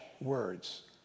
words